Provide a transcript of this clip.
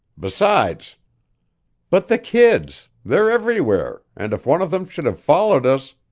besides but the kids? they're everywhere and if one of them should have followed us